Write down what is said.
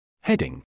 Heading